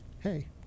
hey